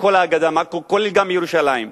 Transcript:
בכל הגדה, כולל ירושלים.